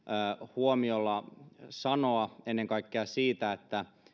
huomiolla niistä sanoa ennen kaikkea siitä